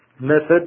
method